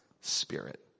Spirit